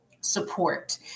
support